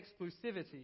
exclusivity